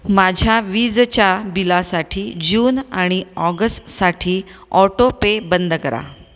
माझ्या वीजच्या बिलासाठी जून आणि ऑगस्टसाठी ऑटोपे बंद करा